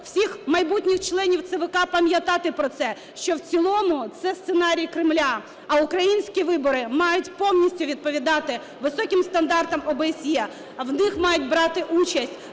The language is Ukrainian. всіх майбутніх членів ЦВК, пам'ятати про це, що в цілому це сценарій Кремля, а українські вибори мають повністю відповідати високим стандартам ОБСЄ. В них мають брати участь